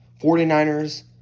49ers